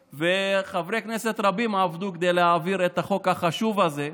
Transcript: וחברי כנסת רבים עבדו כדי להעביר את החוק החשוב הזה.